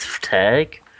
tag